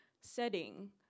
setting